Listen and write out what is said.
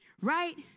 Right